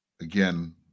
again